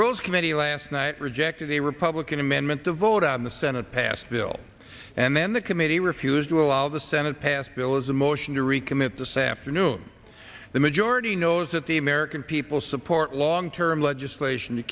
rules committee last night rejected a republican amendment to vote on the senate passed bill and then the committee refused to allow the senate passed bill is a motion to recommit the same afternoon the majority knows that the american people support long term legislation to